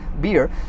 beer